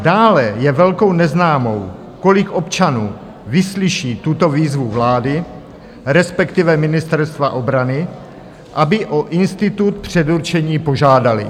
Dále je velkou neznámou, kolik občanů vyslyší tuto výzvu vlády, respektive Ministerstva obrany, aby o institut předurčení požádali.